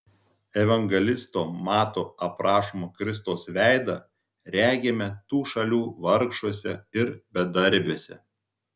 evangelisto mato aprašomą kristaus veidą regime tų šalių vargšuose ir bedarbiuose